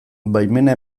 baimena